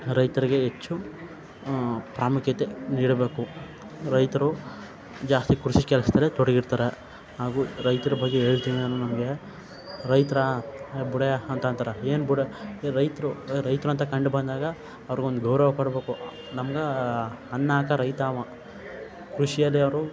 ರೈತರಿಗೆ ಹೆಚ್ಚು ಪ್ರಾಮುಖ್ಯತೆ ನೀಡಬೇಕು ರೈತರು ಜಾಸ್ತಿ ಕೃಷಿ ಕೆಲಸದಲ್ಲೇ ತೊಡಗಿರ್ತಾರೆ ಹಾಗೂ ರೈತರು ಬಗ್ಗೆ ಹೇಳ್ತೀನಿ ನಾನು ನಮಗೆ ರೈತರ ಹೇ ಬುಡಯ್ಯ ಅಂತ ಅಂತಾರೆ ಏನು ಬುಡ ಈಗ ರೈತರು ರೈತರು ಅಂತ ಕಂಡು ಬಂದಾಗ ಅವ್ರಗೊಂದು ಗೌರವ ಕೊಡಬೇಕು ನಮ್ಗೆ ಅನ್ನ ಹಾಕೋ ರೈತ ಅವ ಕೃಷಿಯಲ್ಲಿ ಅವರು